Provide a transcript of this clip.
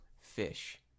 fish